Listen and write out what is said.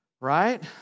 Right